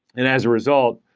and as a result,